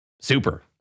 Super